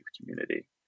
community